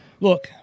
look